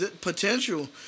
potential